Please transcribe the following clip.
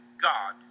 God